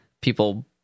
people